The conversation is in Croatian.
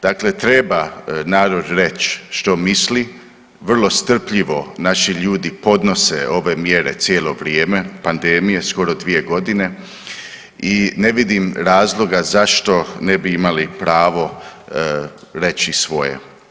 Dakle, treba narod reć što misli, vrlo strpljivo naši ljudi podnose ove mjere cijelo vrijeme pandemije, skoro 2.g. i ne vidim razloga zašto ne bi imali pravo reći svoje.